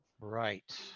Right